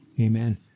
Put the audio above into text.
Amen